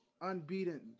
unbeaten